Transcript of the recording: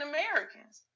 Americans